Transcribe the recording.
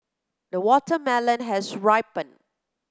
the watermelon has ripened